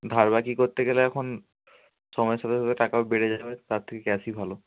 ধার বাকি করতে গেলে এখন সময়ের সাথে সাথে টাকাও বেড়ে যাবে তার থেকে ক্যাশই ভালো